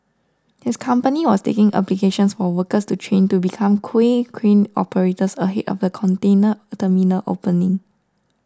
his company was taking applications for workers to train to become quay crane operators ahead of the container terminal opening